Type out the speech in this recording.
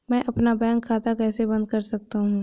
मैं अपना बैंक खाता कैसे बंद कर सकता हूँ?